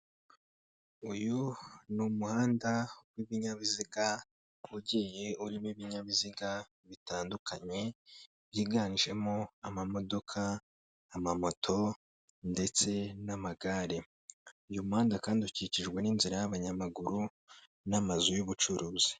Uyu ni umuhanda w'ibinyabiziga ugiye urimo ibinyabiziga bitandukanye byiganjemo amamodoka, amamoto ndetse n'amagare. Uyu muhanda kandi ukikijwe n'inzira y'abanyamaguru n'amazu y'ubucuruzi.